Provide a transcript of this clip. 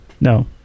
No